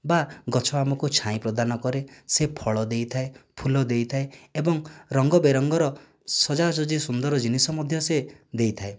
ବା ଗଛ ଆମକୁ ଛାଇଁ ପ୍ରଦାନ କରେ ସେ ଫଳ ଦେଇଥାଏ ଫୁଲ ଦେଇଥାଏ ଏବଂ ରଙ୍ଗ ବେରଙ୍ଗର ସଜା ସଜି ସୁନ୍ଦର ଜିନିଷ ମଧ୍ୟ ସେ ଦେଇଥାଏ